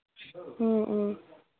ꯑꯣ ꯑꯣ